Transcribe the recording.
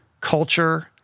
culture